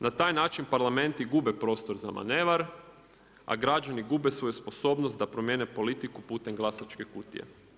Na taj način parlamenti gube prostor za manevar, a građani gube svoju sposobnost da promijene politiku putem glasačke kutije.